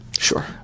Sure